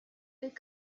des